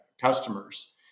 customers